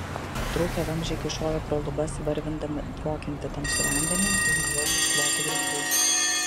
trūkę vamzdžiai kyšojo pro lubas varvindami dvokiantį tamsų vandenį ant linoleumu išklotų grindų